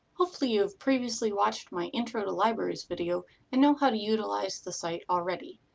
hopefully you have previously watched my intro to libraries video and know how to utilize the site already,